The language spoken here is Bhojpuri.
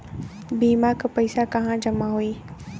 बीमा क पैसा कहाँ जमा होई?